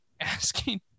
asking